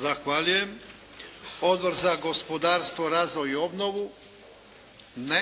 Zahvaljujem. Odbor za gospodarstvo, razvoj i obnovu? Ne.